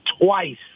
twice